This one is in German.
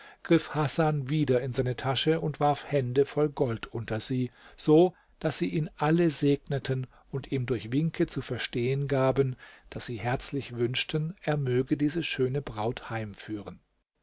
griff hasan wieder in seine tasche und warf hände voll gold unter sie so daß sie ihn alle segneten und ihm durch winke zu verstehen gaben daß sie herzlich wünschten er möge diese schöne braut